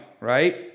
right